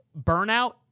Burnout